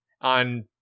on